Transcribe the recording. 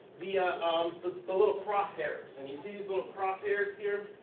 the um the ah little crosshairs and you see these little crosshairs here.